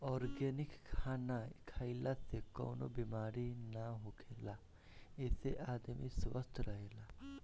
organic खाना खइला से कवनो बेमारी ना होखेला एसे आदमी स्वस्थ्य रहेला